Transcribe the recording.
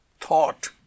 thought